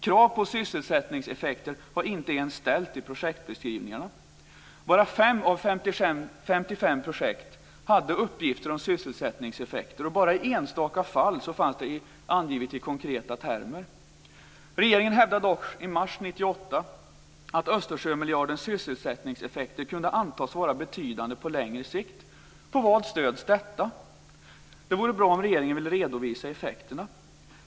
Krav på sysselsättningseffekter har inte ens ställts i projektbeskrivningarna. Bara 5 av 55 projekt hade uppgifter om sysselsättningseffekter, och bara i enstaka fall fanns det angivet i konkreta termer. Regeringen hävdade dock i mars 1998 att Östersjömiljardens sysselsättningseffekter kunde antas vara betydande på längre sikt. På vad stöds detta? Det vore bra om regeringen ville redovisa effekterna.